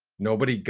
nobody got,